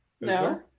No